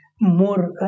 more